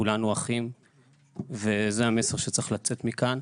כולנו אחים וזה המסר שצריך לצאת מכאן.